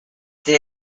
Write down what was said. they